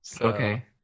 okay